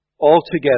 altogether